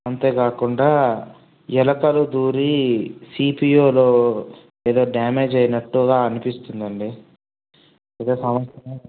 అంతేకాకుండా ఎలకలు దూరి సీపీయూలో ఏదో డ్యామేజ్ అయినట్టుగా అనిపిస్తుందండి